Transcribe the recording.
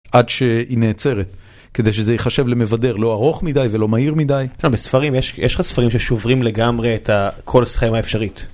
עד שהיא נעצרת, כדי שזה ייחשב למבדר לא ארוך מדי ולא מהיר מדי. בספרים, יש לך ספרים ששוברים לגמרי כל סכמה האפשרית?